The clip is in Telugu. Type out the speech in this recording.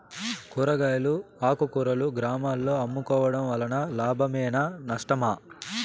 కూరగాయలు ఆకుకూరలు గ్రామాలలో అమ్ముకోవడం వలన లాభమేనా నష్టమా?